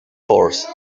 force